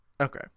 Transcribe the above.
Okay